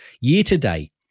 Year-to-date